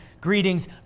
greetings